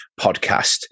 podcast